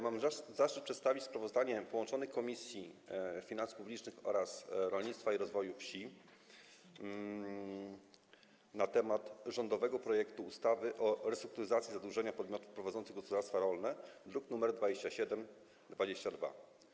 Mam zaszczyt przedstawić sprawozdanie połączonych Komisji: Finansów Publicznych oraz Rolnictwa i Rozwoju Wsi o rządowym projekcie ustawy o restrukturyzacji zadłużenia podmiotów prowadzących gospodarstwa rolne, druk nr 2722.